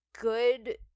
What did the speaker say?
good